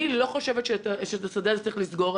אני לא חושבת שאת השדה הזה צריך לסגור.